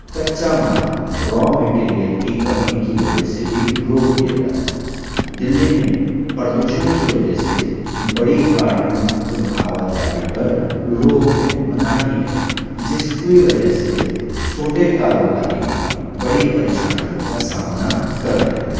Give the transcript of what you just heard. کچا مال raw material کی کمی کی وجہ سے بھی روک دیا جاتا ہے دہلی میں پردوشن کی وجہ سے بڑی گاڑیوں کے آوا جاہی پر روک ہے مناہی ہے جس کی وجہ سے چھوٹے کاروباری بڑی پریشانیوں کا سامنا کرتے ہیں